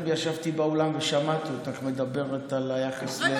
ישבתי באולם ושמעתי אותך מדברת על היחס לאנשים.